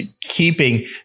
keeping